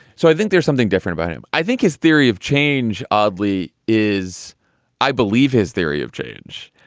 so i think there's something different about him. i think his theory of change, oddly, is i believe his theory of change.